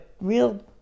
real